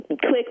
Click